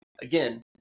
Again